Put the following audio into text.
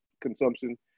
consumption